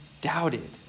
doubted